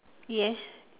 yes